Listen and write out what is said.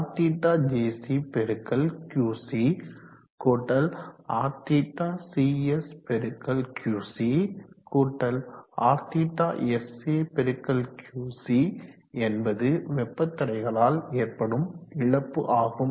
Rθjc பெருக்கல் Qc கூட்டல் Rθcs பெருக்கல் QC கூட்டல் Rθsa பெருக்கல் QC என்பது வெப்ப தடைகளால் ஏற்படும் இழப்பு ஆகும்